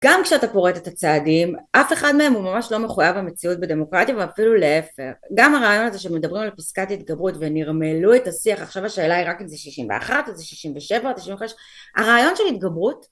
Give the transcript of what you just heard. גם כשאתה פורט את הצעדים אף אחד מהם הוא ממש לא מחויב המציאות בדמוקרטיה ואפילו להיפך. גם הרעיון הזה שמדברים על פסקת התגברות ונרמלו את השיח עכשיו השאלה היא רק אם זה שישים ואחת או זה שישים ושבע או תשעים וחמש הרעיון של התגברות